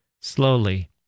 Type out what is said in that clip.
slowly